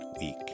week